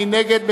מי נגד?